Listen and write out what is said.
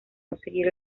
conseguir